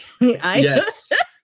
Yes